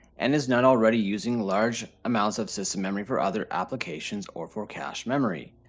and is not already using large amounts of system memory for other applications or for cache memory.